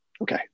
okay